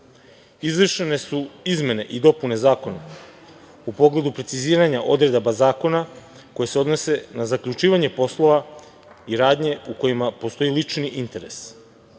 Izvršene su izmene i dopune zakona u pogledu preciziranja odredaba zakona koji se odnose na zaključivanje poslova i radnje u kojima postoji lični interes.